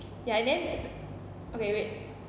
ya and then okay wait